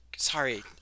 Sorry